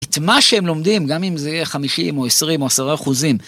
את מה שהם לומדים, גם אם זה חמישים או עשרים או עשרה אחוזים.